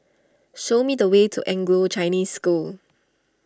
show me the way to Anglo Chinese School